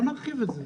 בואו נרחיב את זה.